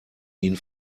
ihn